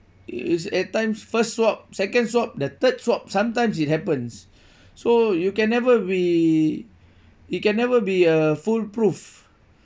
is at times first swab second swab the third swab sometimes it happens so you can never be it can never be uh foolproof